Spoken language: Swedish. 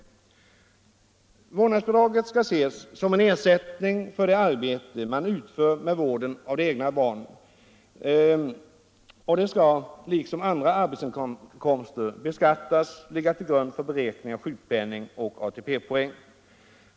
Då vårdnadsbidraget ses som en ersättning för det arbete man utför med vården av de egna barnen skall det liksom andra arbetsinkomster beskattas och ligga till grund för beräkning av sjukpenning och ATP poäng.